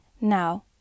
Now